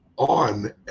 on